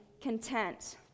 content